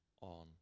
on